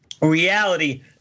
reality